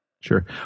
Sure